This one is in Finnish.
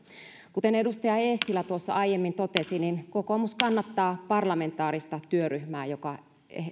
kuten edustaja eestilä tuossa aiemmin totesi kokoomus kannattaa parlamentaarista työryhmää joka